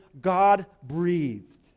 God-breathed